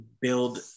build